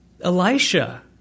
Elisha